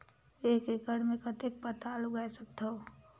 एक एकड़ मे कतेक पताल उगाय सकथव?